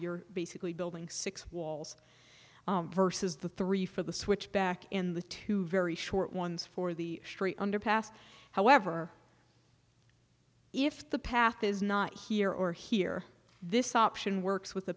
you're basically building six walls versus the three for the switchback in the two very short ones for the street underpass however if the path is not here or here this option works with the